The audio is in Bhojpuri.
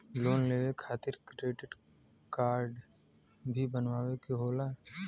लोन लेवे खातिर क्रेडिट काडे भी बनवावे के होला?